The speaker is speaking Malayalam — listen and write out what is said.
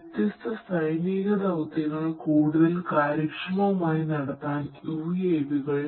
വ്യത്യസ്ത സൈനിക ദൌത്യങ്ങൾ കൂടുതൽ കാര്യക്ഷമമായി നടത്താൻ യുഎവികൾ